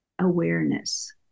awareness